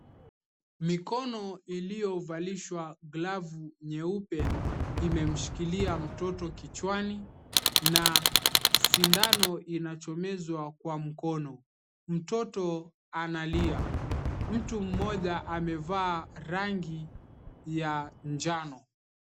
Mikono iliyovalishwa glavu nyeupe imemshikilia mtoto kichwani na sindano inachomezwa kwa mkono, mtoto analia. Mtu mmoja amevaa rangi ya njano.